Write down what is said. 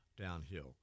downhill